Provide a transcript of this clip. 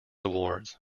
awards